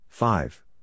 Five